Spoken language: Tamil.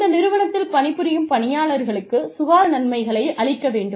இந்த நிறுவனத்தில் பணிபுரியும் பணியாளர்களுக்குச் சுகாதார நன்மைகளை அளிக்க வேண்டும்